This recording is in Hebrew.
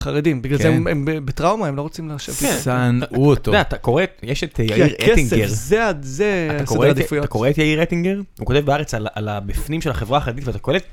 חרדים, בגלל זה הם בטראומה, הם לא רוצים להיחשב... -שנאו אותו. אתה יודע, אתה קורא, יש את יאיר אטינגר, אתה קורא את יאיר אטינגר? הוא כותב ב"הארץ" על הבפנים של החברה החרדית, ואתה קולט